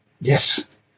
Yes